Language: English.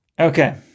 Okay